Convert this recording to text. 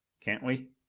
can't we?